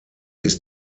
ist